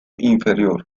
inferior